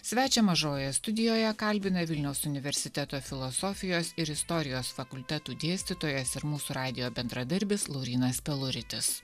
svečią mažojoje studijoje kalbina vilniaus universiteto filosofijos ir istorijos fakultetų dėstytojas ir mūsų radijo bendradarbis laurynas peluritis